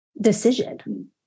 decision